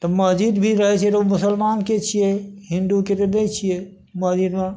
तऽ महजिद भी रहै छै तऽ ओहि मुसलमानके छियै हिन्दूके तऽ नहि छियै महजिदमे